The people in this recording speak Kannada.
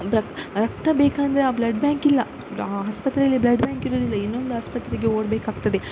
ಬ್ಲ ರಕ್ತ ಬೇಕಂದರೆ ಆ ಬ್ಲಡ್ ಬ್ಯಾಂಕಿಲ್ಲ ಆ ಆಸ್ಪತ್ರೆಯಲ್ಲಿ ಬ್ಲಡ್ ಬ್ಯಾಂಕ್ ಇರುವುದಿಲ್ಲ ಇನ್ನೊಂದು ಆಸ್ಪತ್ರೆಗೆ ಓಡಬೇಕಾಗ್ತದೆ